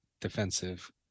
defensive